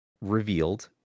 revealed